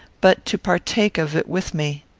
but to partake of it with me.